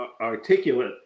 articulate